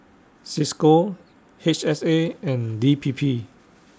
CISCO H S A and D P P